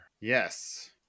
Yes